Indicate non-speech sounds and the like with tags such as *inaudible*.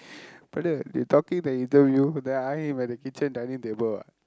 *breath* brother they talking the interview then I am in the kitchen dining table what